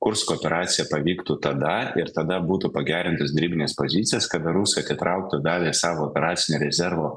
kursko operacija pavyktų tada ir tada būtų pagerintos derybinės pozicijos kada rusai atitrauktų dalį savo operacinio rezervo